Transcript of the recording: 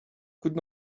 could